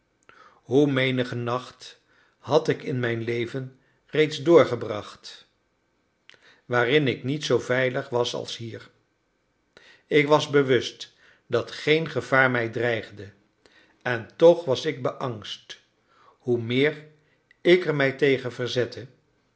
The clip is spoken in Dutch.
hoe menigen nacht had ik in mijn leven reeds doorgebracht waarin ik niet zoo veilig was als hier ik was bewust dat geen gevaar mij dreigde en toch was ik beangst hoe meer ik er mij tegen verzette